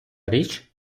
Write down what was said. річ